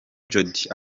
jody